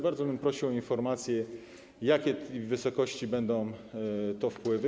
Bardzo bym prosił o informację, w jakiej wysokości będą to wpływy.